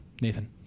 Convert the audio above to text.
Nathan